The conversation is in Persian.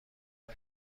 کنم